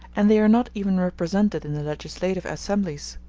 and they are not even represented in the legislative assemblies.